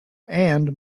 and